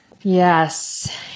Yes